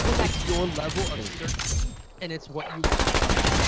it's your level of certainty and it's what you want to charge.